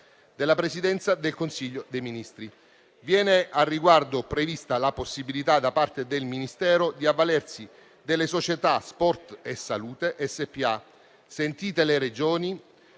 della Presidenza del Consiglio dei ministri. Viene al riguardo prevista la possibilità, da parte del Ministero, di avvalersi della società Sport e Salute Spa, sentite le Regioni,